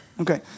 Okay